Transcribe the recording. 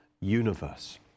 universe